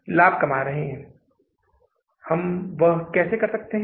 इसलिए अब हम जून के महीने के साथ जारी रखते हैं